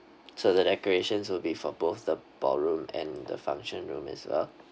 so the decorations will be for both the ballroom and the function room as well